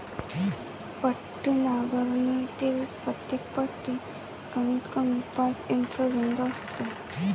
पट्टी नांगरणीतील प्रत्येक पट्टी कमीतकमी पाच इंच रुंद असते